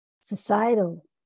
Societal